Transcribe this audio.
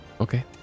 Okay